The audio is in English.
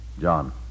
John